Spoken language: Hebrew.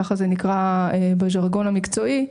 כך זה נקרא בז'רגון המקצועי,